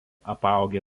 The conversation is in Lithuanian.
apaugę